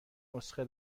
نسخه